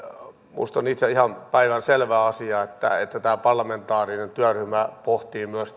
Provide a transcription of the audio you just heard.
minusta on itsestäni ihan päivänselvä asia että että tämä parlamentaarinen työryhmä pohtii myös